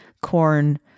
corn